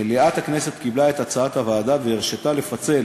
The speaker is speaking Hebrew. מליאת הכנסת קיבלה את הצעת הוועדה והרשתה לפצל